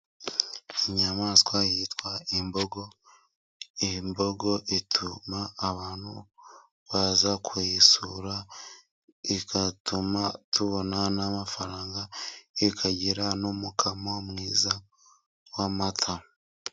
Inyamaswa yitwa imbogo. Imbogo ituma abantu baza kuyisura, igatuma tubona n'amafaranga, ikagira n'umukamo mwiza w'amata.